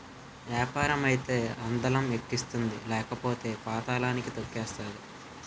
యాపారం అయితే అందలం ఎక్కిస్తుంది లేకపోతే పాతళానికి తొక్కేతాది